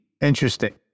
Interesting